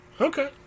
Okay